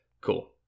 Cool